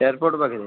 airport ପାଖରେ